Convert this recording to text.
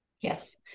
yes